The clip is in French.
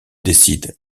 décide